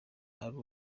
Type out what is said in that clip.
ari